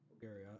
Gary